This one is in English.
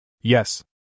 Yes